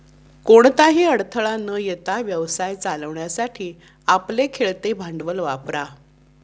कोणताही अडथळा न येता व्यवसाय चालवण्यासाठी आपले खेळते भांडवल वापरा